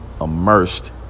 immersed